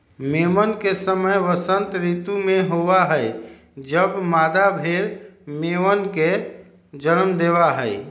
मेमन के समय वसंत ऋतु में होबा हई जब मादा भेड़ मेमनवन के जन्म देवा हई